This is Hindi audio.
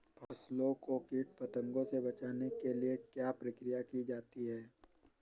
फसलों को कीट पतंगों से बचाने के लिए क्या क्या प्रकिर्या की जाती है?